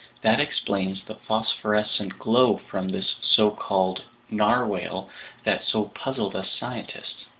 that explains the phosphorescent glow from this so-called narwhale that so puzzled us scientists!